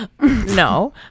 No